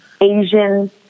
Asian